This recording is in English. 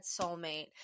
soulmate